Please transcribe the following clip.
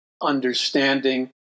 understanding